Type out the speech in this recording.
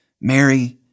Mary